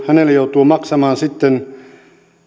hänelle joutuu maksamaan sitten